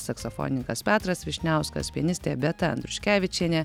saksofonininkas petras vyšniauskas pianistė beata andriuškevičienė